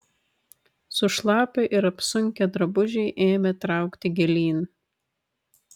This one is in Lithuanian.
sušlapę ir apsunkę drabužiai ėmė traukti gilyn